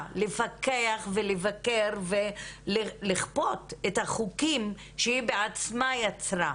לפקח ולבקר ולכפות את החוקים שהיא בעצמה יצרה.